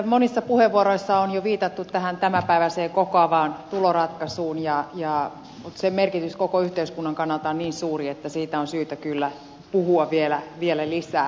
monissa puheenvuoroissa on jo viitattu tähän tämänpäiväiseen kokoavaan tuloratkaisuun mutta sen merkitys koko yhteiskunnan kannalta on niin suuri että siitä on syytä kyllä puhua vielä lisää